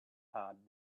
had